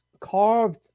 carved